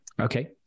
Okay